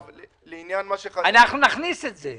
אנחנו נכניס את זה.